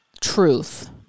truth